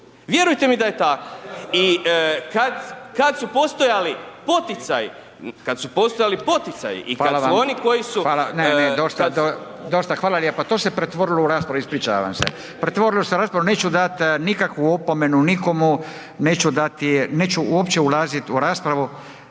postojali poticaji, kada su postojali poticaji i kada su oni koji su …. **Radin, Furio (Nezavisni)** Hvala vam, ne, ne, dosta, hvala lijepa, to se pretvorilo u raspravu, ispričavam se, pretvorilo se u raspravu, neću dati nikakvu opomenu nikome, neću dati, neću uopće ulaziti u raspravu